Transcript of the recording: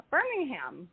Birmingham